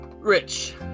Rich